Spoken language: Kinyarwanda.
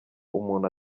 umuntu